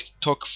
talk